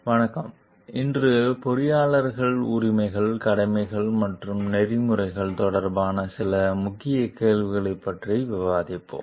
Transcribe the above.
வணக்கம் இன்று பொறியாளர்கள் உரிமைகள் கடமைகள் மற்றும் நெறிமுறைகள் தொடர்பான சில முக்கிய கேள்விகளைப் பற்றி விவாதிப்போம்